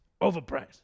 overpriced